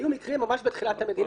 היו מקרים ממש בתחילת המדינה,